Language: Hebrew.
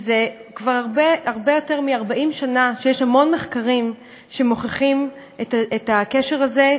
וזה כבר הרבה הרבה יותר מ-40 שנה שיש המון מחקרים שמוכיחים את הקשר הזה,